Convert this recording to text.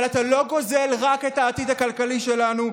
אבל אתה לא גוזל רק את העתיד הכלכלי שלנו,